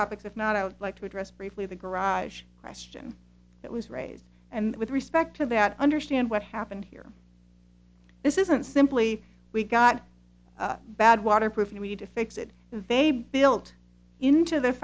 topics if not i would like to address briefly the garage question that was raised and with respect to that understand what happened here this isn't simply we got bad waterproof and we need to fix it they built into the